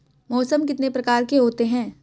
मौसम कितने प्रकार के होते हैं?